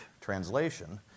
translation